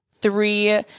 three